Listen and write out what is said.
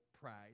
pride